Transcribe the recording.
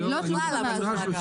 לא צריך מאגר.